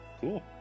Cool